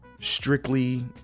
strictly